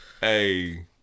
Hey